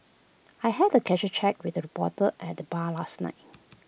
I had the casual chat with A reporter at the bar last night